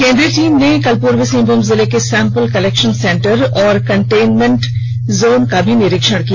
केन्द्रीय टीम ने कल पूर्वी सिहंभूम जिले के सैम्पल कलेक्शन सेन्टर और कन्टेनमेंट जोन का भी निरीक्षण किया